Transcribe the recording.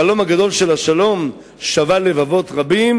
החלום הגדול של השלום שבה לבבות רבים